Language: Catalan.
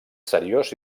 seriós